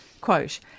Quote